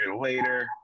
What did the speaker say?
later